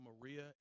Maria